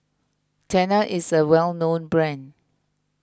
Tena is a well known brand